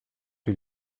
que